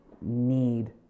need